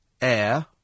air